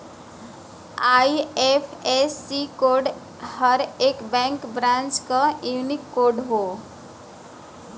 IFSC code हर एक bank branch क यूनिक कोड हौ